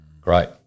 Great